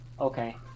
okay